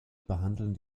behandeln